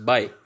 Bye